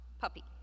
puppy